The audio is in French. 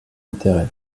littéraire